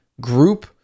group